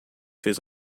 fez